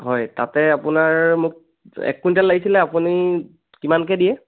হয় তাতে আপোনাৰ মোক এক কুইণ্টেল লাগিছিলে আপুনি কিমানকৈ দিয়ে